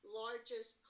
largest